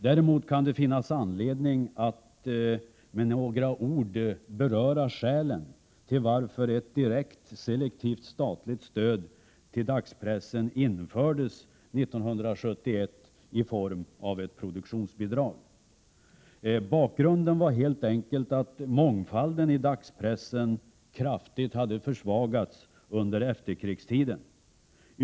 Däremot kan det finnas anledning att med några ord beröra skälen till att ett direkt selektivt statligt stöd till dagspressen infördes 1971 i form av ett produktionsbidrag. Bakgrunden var helt enkelt att mångfalden i dagspressen kraftigt hade försvagats under efterkrigstiden.